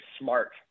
smart